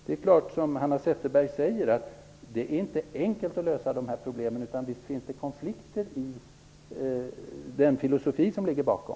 Det är, som Hanna Zetterberg säger, inte enkelt att lösa de här problemen. Visst finns det konflikter i den filosofi som ligger bakom.